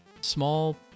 small